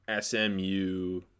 SMU